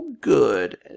good